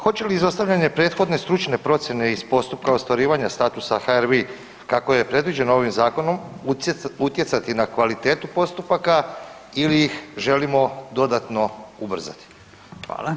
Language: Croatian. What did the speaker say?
Hoće li izostavljanje prethodne stručne procjene iz postupka ostvarivanja statusa HRVI-a kako je predviđeno ovim zakonom, utjecati na kvalitetu postupaka ili želimo dodatno ubrzati?